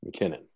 McKinnon